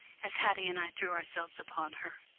as haddie and i threw ourselves upon her.